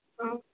ಹಾಂ